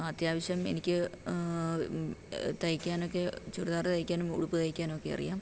അത്യാവശ്യം എനിക്ക് തയ്ക്കാനൊക്കെ ചുരിദാറ് തയ്ക്കാനും ഉടുപ്പ് തയ്ക്കാനൊക്കെ അറിയാം